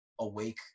awake